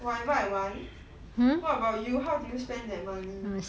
whatever I want what about you how do you spend that money